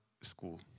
School